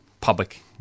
public